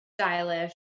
stylish